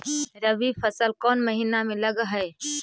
रबी फसल कोन महिना में लग है?